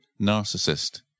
Narcissist